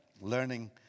learning